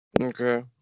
Okay